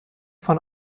von